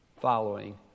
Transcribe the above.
following